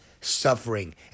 suffering